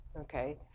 okay